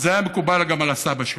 וזה היה מקובל גם על הסבא שלהם,